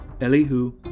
Elihu